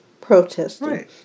protesting